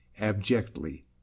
abjectly